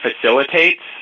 facilitates